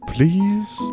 Please